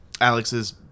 Alex's